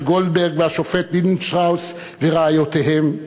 אליעזר גולדברג והשופט מיכה לינדנשטראוס ורעיותיהם,